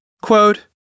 Quote